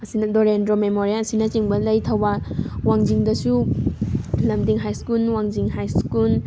ꯑꯁꯤꯅ ꯗꯣꯔꯦꯟꯗ꯭ꯔꯣ ꯃꯦꯃꯣꯔꯤꯌꯦꯜ ꯑꯁꯤꯅꯆꯤꯡꯕ ꯂꯩ ꯊꯧꯕꯥꯜ ꯋꯥꯡꯖꯤꯡꯗꯁꯨ ꯂꯝꯗꯤꯡ ꯍꯥꯏ ꯁ꯭ꯀꯨꯜ ꯋꯥꯡꯖꯤꯡ ꯍꯥꯏ ꯁ꯭ꯀꯨꯜ